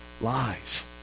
Lies